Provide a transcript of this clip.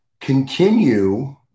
Continue